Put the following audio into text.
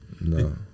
No